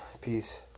Peace